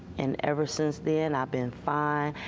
and ever since then i've been fine.